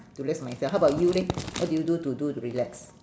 to relax myself how about you leh what do you do to do to relax